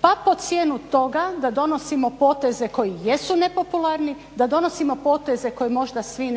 Pa po cijenu toga da donosimo poteze koji jesu nepopularni, da donosimo poteze koje možda svi